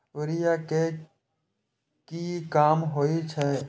Urea के की काम होई छै?